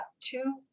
two